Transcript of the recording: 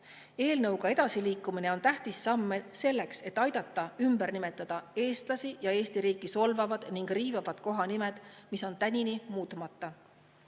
Eelnõuga edasiliikumine on tähtis samm selleks, et aidata ümber nimetada eestlasi ja Eesti riiki solvavad ning riivavad kohanimed, mis on tänini muutmata.